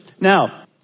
Now